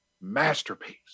masterpiece